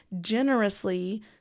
generously